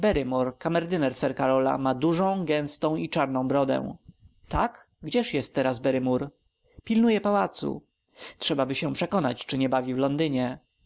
sir karola ma dużą gęstą i czarną brodę tak gdzież jest teraz barrymore pilnuje pałacu trzebaby się przekonać czy nie bawi w londynie